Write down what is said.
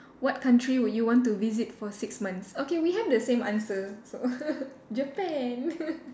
what country would you want to visit for six months okay we have the same answer so Japan